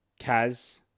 Kaz